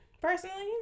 personally